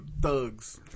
thugs